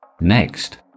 Next